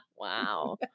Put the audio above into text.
Wow